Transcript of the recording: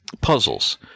puzzles